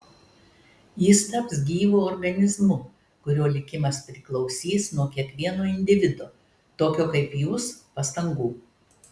jis taps gyvu organizmu kurio likimas priklausys nuo kiekvieno individo tokio kaip jūs pastangų